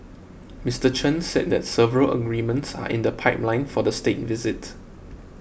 Mister Chen said that several agreements are in the pipeline for the State Visit